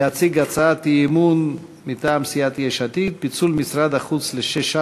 להציג הצעת אי-אמון מטעם סיעת יש עתיד: פיצול משרד החוץ לשישה